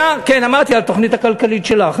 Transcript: כן, אמרתי על התוכנית הכלכלית שלך.